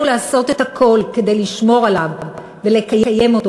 לעשות הכול כדי לשמור עליו ולקיים אותו,